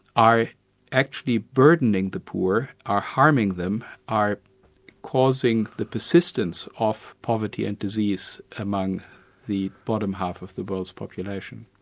are actually burdening the poor, are harming them, are causing the persistence of poverty and disease among the bottom half of the world's population.